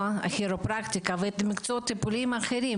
הכירופרקטיקה ואת המקצועות הטיפוליים האחרים,